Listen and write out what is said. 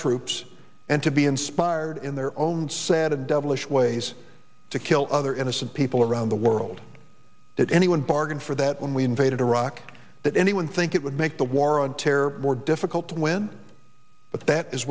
troops and to be inspired in their own sad devilish ways to kill other innocent people around the world that anyone bargained for that when we invaded iraq that anyone think it would make the war on terror more difficult to win but that is